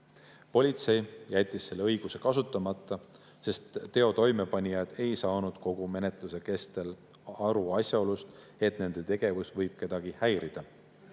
Politsei jättis selle õiguse kasutamata, sest teo toimepanijad ei saanud kogu menetluse kestel aru asjaolust, et nende tegevus võib kedagi häirida.